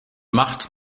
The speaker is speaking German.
macht